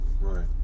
Right